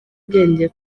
ubwenge